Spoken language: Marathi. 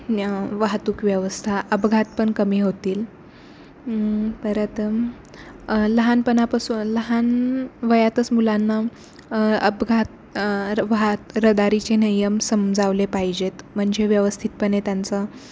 न्य वाहतूक व्यवस्था अपघात पण कमी होतील परत लहानपणापासून लहान वयातच मुलांना अपघात वाहात रहदारीचे नियम समजावले पाहिजेत म्हणजे व्यवस्थितपणे त्यांचं